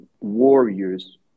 warriors